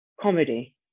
comedy